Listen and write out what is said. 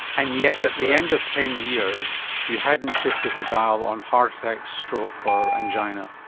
and yet at the end of ten years you hadn't shifted the dial on heart attack, stroke or angina.